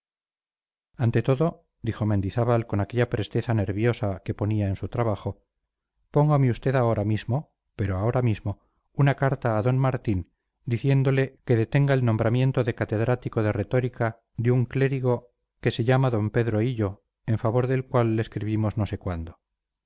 ante todo dijo mendizábal con aquella presteza nerviosa que ponía en su trabajo póngame usted ahora mismo pero ahora mismo una carta a d martín diciéndole que detenga el nombramiento de catedrático de retórica de un clérigo que se d pedro hillo en favor del cual le escribimos no sé cuándo